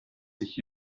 sich